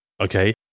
Okay